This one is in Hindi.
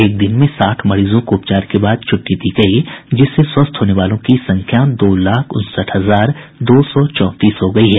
एक दिन में साठ मरीजों को उपचार के बाद छुट्टी दी गई जिससे स्वस्थ होने वालों की संख्या दो लाख उनसठ हजार दो सौ चौंतीस हो गई है